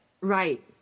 Right